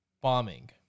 bombing